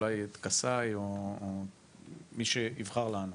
אולי את קסאיי או מי שיבחר לענות.